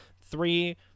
Three